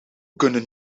kunnen